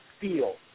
feel